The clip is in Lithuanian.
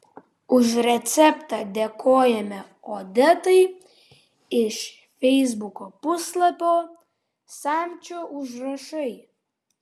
už receptą dėkojame odetai iš feisbuko puslapio samčio užrašai